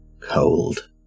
cold